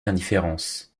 indifférence